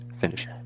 finish